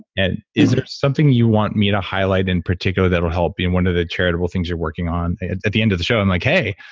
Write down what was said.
and is there something you want me to highlight in particular that would help in one of the charitable things you're working on? at the end of the show i'm like hey,